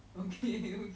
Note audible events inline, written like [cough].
[laughs]